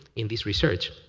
in this research,